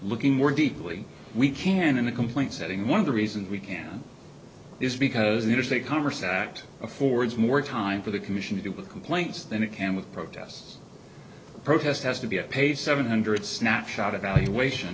looking more deeply we can in the complaint setting one of the reasons we can is because the interstate commerce act affords more time for the commission to do with complaints than it can with protests protest has to be a pay seven hundred snapshot evaluation